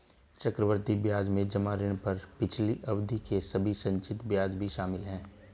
चक्रवृद्धि ब्याज में जमा ऋण पर पिछली अवधि के सभी संचित ब्याज भी शामिल हैं